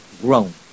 grown